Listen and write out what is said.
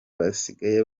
basigaye